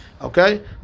Okay